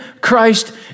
Christ